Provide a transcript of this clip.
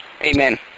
Amen